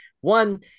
one